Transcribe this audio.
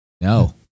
No